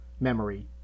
memory